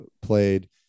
played